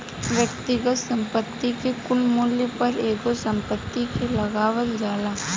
व्यक्तिगत संपत्ति के कुल मूल्य पर एगो संपत्ति के लगावल जाला